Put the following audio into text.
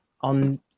on